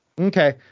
Okay